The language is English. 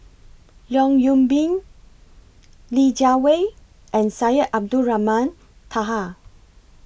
Leong Yoon Pin Li Jiawei and Syed Abdulrahman Taha